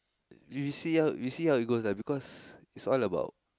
we see how we see how it goes lah because is all about